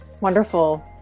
Wonderful